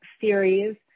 series